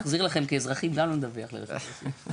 נחזיר לכם כאזרחים, גם לא נדווח לרשות המיסים.